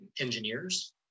engineers